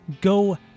go